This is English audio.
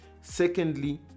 Secondly